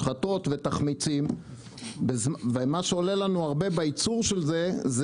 שחתות ותחמיצים ומה שעולה לנו הרבה בייצור של זה הם